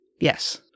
Yes